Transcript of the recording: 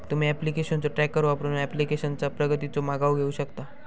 तुम्ही ऍप्लिकेशनचो ट्रॅकर वापरून ऍप्लिकेशनचा प्रगतीचो मागोवा घेऊ शकता